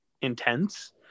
intense